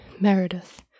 Meredith